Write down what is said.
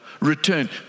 Return